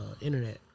internet